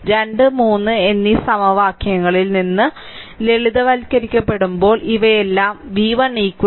അതിനാൽ 2 3 എന്നീ സമവാക്യങ്ങളിൽ നിന്ന് ലളിതവൽക്കരിക്കപ്പെടുമ്പോൾ ഇവയെല്ലാം v1 1